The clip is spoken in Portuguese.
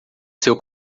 seu